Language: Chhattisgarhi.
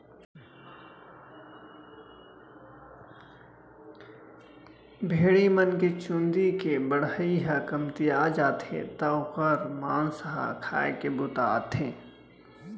भेड़ी मन के चूंदी के बढ़ई ह कमतिया जाथे त ओकर मांस ह खाए के बूता आथे